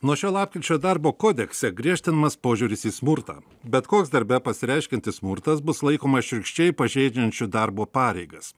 nuo šio lapkričio darbo kodekse griežtinamas požiūris į smurtą bet koks darbe pasireiškiantis smurtas bus laikomas šiurkščiai pažeidžiančių darbo pareigas